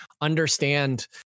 understand